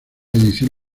edición